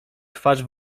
twarz